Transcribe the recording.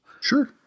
Sure